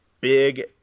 big